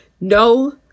no